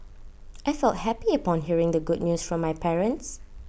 I felt happy upon hearing the good news from my parents